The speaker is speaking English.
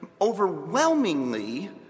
Overwhelmingly